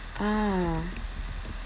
ah